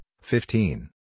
fifteen